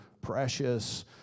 precious